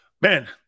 Man